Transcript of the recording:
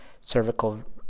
cervical